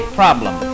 problem